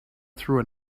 through